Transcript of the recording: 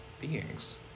beings